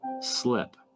slip